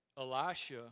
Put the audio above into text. Elisha